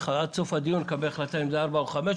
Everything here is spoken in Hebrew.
עד סוף הדיון נקבל החלטה אם זה גיל ארבע או גיל חמש.